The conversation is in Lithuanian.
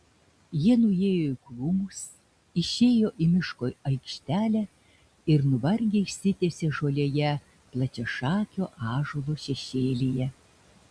jie nuėjo į krūmus išėjo į miško aikštelę ir nuvargę išsitiesė žolėje plačiašakio ąžuolo šešėlyje